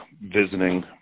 visiting